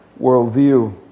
worldview